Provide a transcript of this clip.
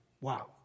Wow